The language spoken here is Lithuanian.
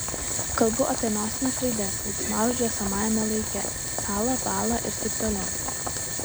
kalbu apie nosines raides veiksmažodžių esamajame laike sąla bąla ir taip toliau